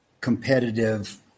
competitive